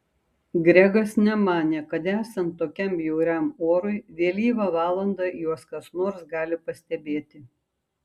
gregas nemanė kad esant tokiam bjauriam orui vėlyvą valandą juos kas nors gali pastebėti